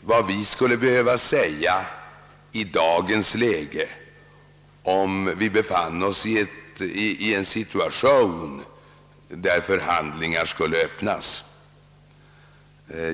vad vi skulle behöva säga i dagens läge, om vi befann oss i en situation där förhandlingar skulle öppnas.